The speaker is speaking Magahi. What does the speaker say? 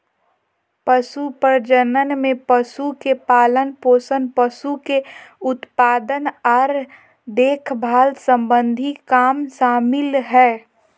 पशु प्रजनन में पशु के पालनपोषण, पशु के उत्पादन आर देखभाल सम्बंधी काम शामिल हय